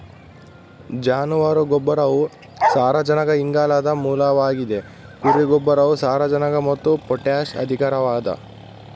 ಜಾನುವಾರು ಗೊಬ್ಬರವು ಸಾರಜನಕ ಇಂಗಾಲದ ಮೂಲವಾಗಿದ ಕುರಿ ಗೊಬ್ಬರವು ಸಾರಜನಕ ಮತ್ತು ಪೊಟ್ಯಾಷ್ ಅಧಿಕವಾಗದ